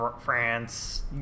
France